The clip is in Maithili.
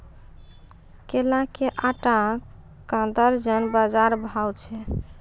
केला के आटा का दर्जन बाजार भाव छ?